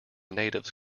natives